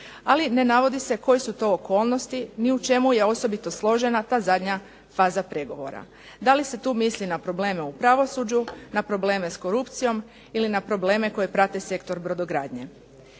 Ali, ne navodi se koje su to okolnosti ni u čemu je osobito složena ta zadnja faza pregovora. Da li se tu misli na probleme u pravosuđu, na probleme s korupcijom ili na probleme koji prate sektor brodogradnje?